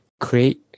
create